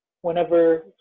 whenever